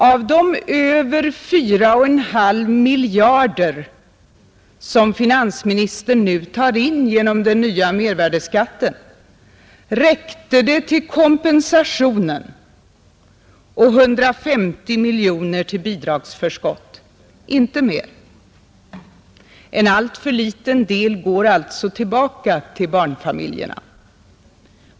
Av de över 4,5 miljarder kronor, som finansministern nu tar in genom den nya mervärdeskatten, räckte det till den kompensationen och 150 miljoner kronor till bidragsförskott, inte mer. En alltför liten del går alltså tillbaka till barnfamiljerna.